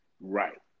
Right